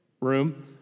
room